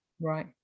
Right